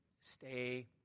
stay